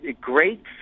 great